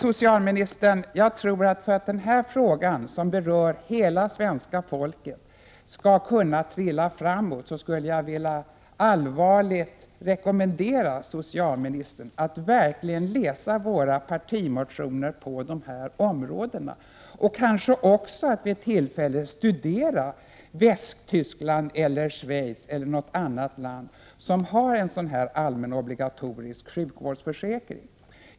För att den här frågan, som berör hela svenska folket, skall kunna ”trilla framåt”, skulle jag allvarligt vilja rekommendera socialministern att verkligen läsa våra partimotioner på dessa områden och kanske också att vid tillfälle studera Västtyskland, Schweiz eller något annat land som har en allmän obligatorisk sjukvårdsförsäkring.